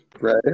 Right